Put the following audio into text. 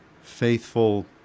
faithful